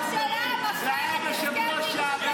ראש הממשלה מפר את הסכם ניגוד העניינים שלו.